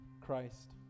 Christ